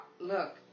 Look